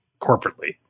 corporately